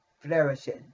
flourishing